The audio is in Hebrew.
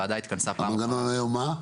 המנגנון הוא מה?